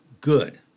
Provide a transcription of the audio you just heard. good